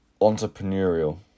entrepreneurial